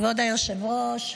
כבוד היושב-ראש,